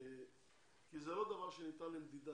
זה לא דבר שניתן למדידה.